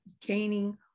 gaining